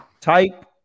Type